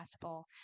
possible